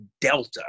Delta